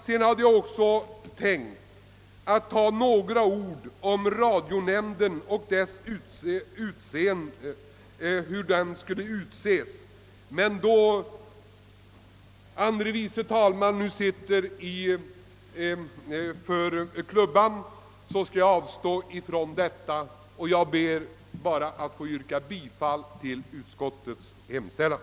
Jag hade också tänkt säga något om hur radionämnden skall utses, men eftersom andre vice talmannen nu för klubban skall jag avstå från det. Jag ber endast att få yrka bifall till utskottets hemställan.